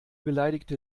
beleidigte